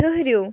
ٹھٕہرِو